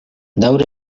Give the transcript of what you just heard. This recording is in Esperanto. daŭre